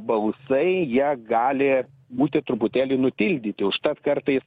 balsai jie gali būti truputėlį nutildyti užtat kartais